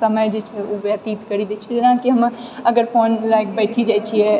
समय जे छै ओ व्यतित करि देइ छिऐ जेनाकि हम अगर फोन लए कऽ बैठि जाइ छिऐ